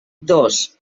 dos